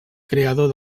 creador